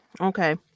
Okay